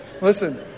Listen